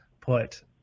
put